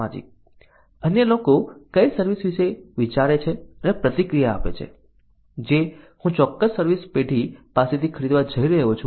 સામાજિક અન્ય લોકો કઈ સર્વિસ વિશે વિચારે છે અને પ્રતિક્રિયા આપે છે જે હું ચોક્કસ સર્વિસ પેઢી પાસેથી ખરીદવા જઈ રહ્યો છું